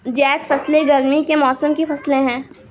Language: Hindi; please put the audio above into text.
ज़ैद फ़सलें गर्मी के मौसम की फ़सलें हैं